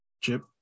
Chip